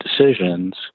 decisions